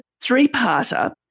three-parter